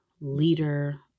leader